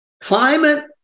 Climate